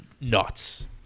nuts